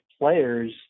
players